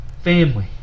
family